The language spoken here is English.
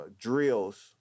drills